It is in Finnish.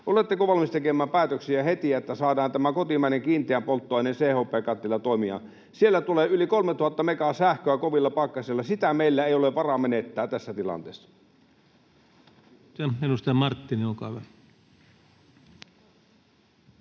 Oletteko valmis tekemään päätöksiä heti, niin että saadaan tämä kotimainen kiinteän polttoaineen CHP-kattila toimimaan? Siellä tulee yli 3 000 megaa sähköä kovilla pakkasilla. Sitä meillä ei ole varaa menettää tässä tilanteessa.